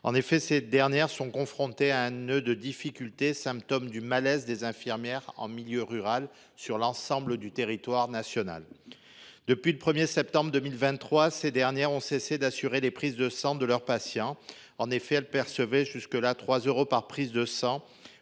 Maritimes. Elles sont confrontées à un nœud de difficultés, symptôme du malaise des infirmières en milieu rural sur l’ensemble du territoire national. Depuis le 1 septembre 2023, les infirmières de ces vallées ont cessé d’assurer les prises de sang de leurs patients. En effet, elles percevaient jusque là 3 euros par prise de sang